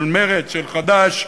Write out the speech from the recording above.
של מרצ, של חד"ש,